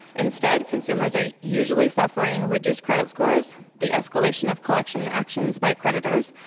instead, consumers are usually suffering reduced credit scores, the escalation of collection actions by creditors,